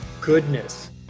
goodness